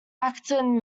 acton